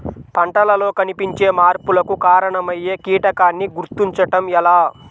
పంటలలో కనిపించే మార్పులకు కారణమయ్యే కీటకాన్ని గుర్తుంచటం ఎలా?